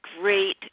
great